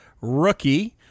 Rookie